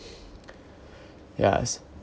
yeah